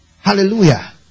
Hallelujah